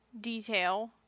detail